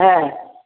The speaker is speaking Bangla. হ্যাঁ